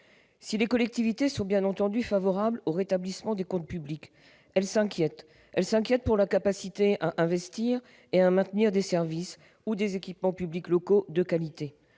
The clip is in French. Si les collectivités sont, bien entendu, favorables au rétablissement des comptes publics, elles s'inquiètent pour leur capacité à investir et à maintenir des services ou des équipements publics locaux de qualité.